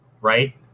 right